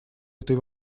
этой